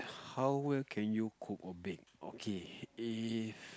how well can you cook or bake okay if